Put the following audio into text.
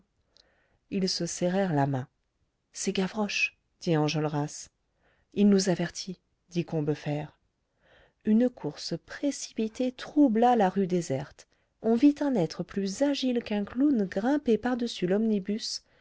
ils se serrèrent la main c'est gavroche dit enjolras il nous avertit dit combeferre une course précipitée troubla la rue déserte on vit un être plus agile qu'un clown grimper par-dessus l'omnibus